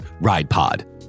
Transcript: ridepod